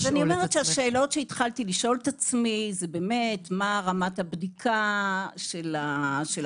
השאלות שהתחלתי לשאול את עצמי זו מה רמת בדיקת המטבח,